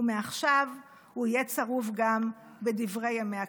ומעכשיו הוא יהיה צרוב גם בדברי ימי הכנסת.